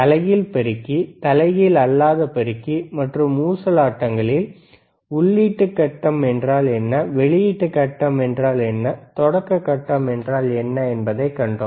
தலைகீழ் பெருக்கி தலைகீழ் அல்லாத பெருக்கி மற்றும் ஊசலாட்டங்களில் உள்ளீட்டு கட்டம் என்றால் என்ன வெளியீட்டு கட்டம் என்றால் என்ன தொடக்க கட்டம் என்றால் என்ன என்பதைக் கண்டோம்